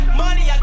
money